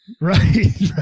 Right